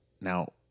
Now